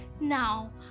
Now